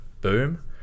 boom